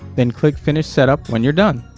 then click finish setup when you're done